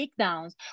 takedowns